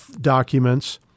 documents